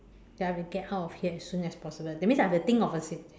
that I have to get out of here as soon as possible that means I have to think of a situa~